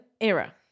Era